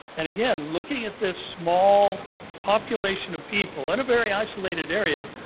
and again looking at this small population of people in a very isolated area,